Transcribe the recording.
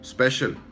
Special